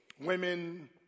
Women